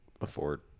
afford